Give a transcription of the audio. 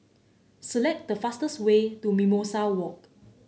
select the fastest way to Mimosa Walk